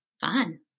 fun